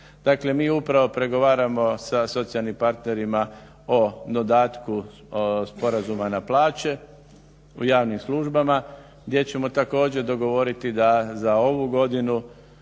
Dakle, mi upravo pregovaramo sa socijalnim partnerima o dodatku Sporazuma na plaće u javnim službama gdje ćemo također dogovoriti da za ovu godinu